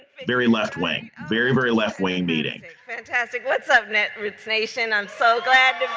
very left wing, very, very left wing meeting fantastic. lots of netroots nation. i'm so glad